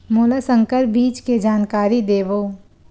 मोला संकर बीज के जानकारी देवो?